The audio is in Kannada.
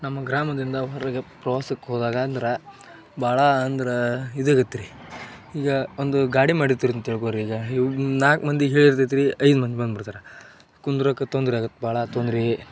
ನಮ್ಮ ಗ್ರಾಮದಿಂದ ಹೊರಗೆ ಪ್ರವಾಸಕ್ಕೆ ಹೋದಾಗ ಅಂದ್ರೆ ಭಾಳ ಅಂದ್ರೆ ಇದಾಗತ್ತೆ ರೀ ಈಗ ಒಂದು ಗಾಡಿ ಮಾಡಿರ್ತೀರಿ ಅಂತ ತಿಳ್ಕೊಳಿ ಈಗ ಇವು ನಾಲ್ಕು ಮಂದಿಗೆ ಹೇಳಿರ್ತೈತೆ ರೀ ಐದು ಮಂದಿ ಬಂದ್ಬಿಡ್ತಾರ ಕುಂದ್ರಕ ತೊಂದರೆ ಆಗತ್ತೆ ಭಾಳ ತೊಂದ್ರೆ